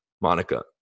Monica